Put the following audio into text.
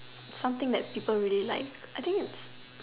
something that people really like I think it's